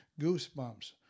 goosebumps